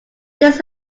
this